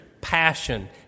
passion